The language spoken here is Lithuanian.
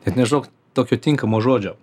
net nežinau tokio tinkamo žodžio